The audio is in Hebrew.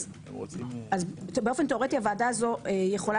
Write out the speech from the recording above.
אז באופן תיאורטי הוועדה הזאת יכולה